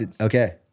Okay